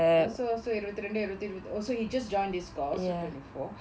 so so இருவத்திரெண்டு இருவது:iruvathirendu iruvathu oh so he just joined this course so twenty four